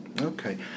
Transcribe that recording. Okay